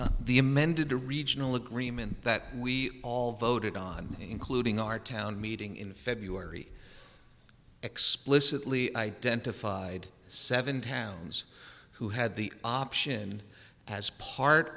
e the amended the regional agreement that we all voted on including our town meeting in february explicitly identified seven towns who had the option as part